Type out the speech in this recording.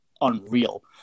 unreal